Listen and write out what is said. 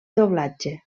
doblatge